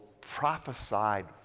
prophesied